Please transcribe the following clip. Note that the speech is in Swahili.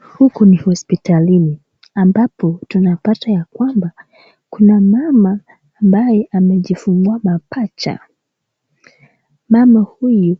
Huku ni hospitalini ambapo tunapata ya kwamba kuna mama ambaye amejifungua mapaja, mama huyu